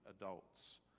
adults